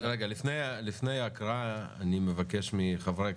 כרגע הוא מנוסח מעט אחרת.